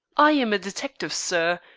i am a detective, sir,